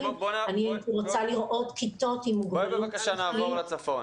אני רוצה לראות כיתות עם --- בואי נעבור למחוז צפון.